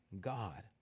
God